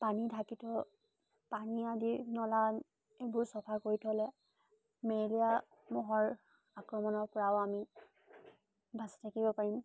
পানী ঢাকি থওঁ পানী আদি নলাৰ এইবোৰ চাফা কৰি পেলাই মেলেৰিয়া মহৰ আক্ৰমণৰ পৰাও আমি বাচি থাকিব পাৰিম